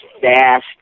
fast